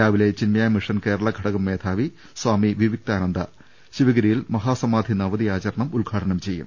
രാവിലെ ചിന്മയമിഷൻ കേരള ഘടകം മേധാവി സ്വാമി വിവിക്താനന്ദ ശിവഗിരിയിൽ മഹാസമാധി നവതി ആച രണം ഉദ്ഘാടനം ചെയ്യും